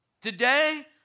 Today